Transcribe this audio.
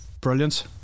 brilliant